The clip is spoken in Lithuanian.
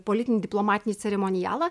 politinį diplomatinį ceremonialą